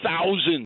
Thousands